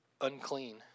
unclean